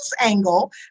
angle